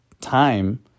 time